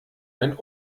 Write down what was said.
ein